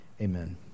amen